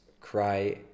cry